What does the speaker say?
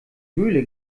höhle